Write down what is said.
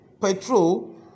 petrol